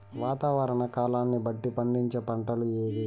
వాతావరణ కాలాన్ని బట్టి పండించే పంటలు ఏవి?